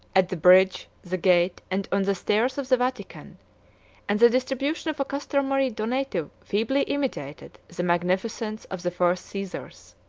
at the bridge, the gate, and on the stairs of the vatican and the distribution of a customary donative feebly imitated the magnificence of the first caesars.